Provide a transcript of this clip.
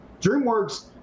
DreamWorks